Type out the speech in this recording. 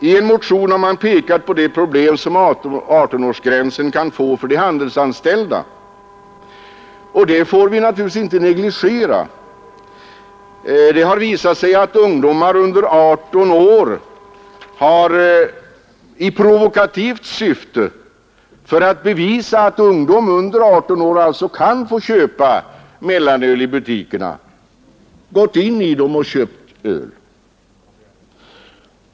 I en motion har påpekats det problem som 18-årsgränsen kan innebära för de handelsanställdas del, och detta får vi naturligtvis inte negligera. Det har visat sig att ungdomar under 18 år i provokativt syfte — för att bevisa att ungdom under 18 år kan köpa mellanöl — gått in i butikerna och köpt öl.